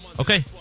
Okay